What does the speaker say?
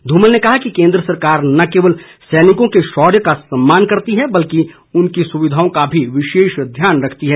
धूमल ने कहा कि केन्द्र सरकार न केवल सैनिकों के शौर्य का सम्मान करती है बल्कि उनकी सुविधाओं का भी विशेष ध्यान रखती है